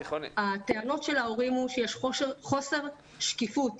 הטענות של ההורים הן שיש חוסר שקיפות